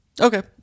Okay